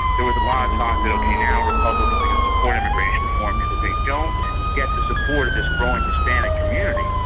there was a lot of talk that, okay, now republicans are going to support immigration reform because of they don't get the support of this growing hispanic community,